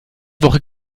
woche